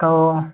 तो